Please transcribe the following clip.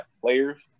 players